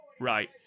right